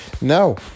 No